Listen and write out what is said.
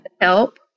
Help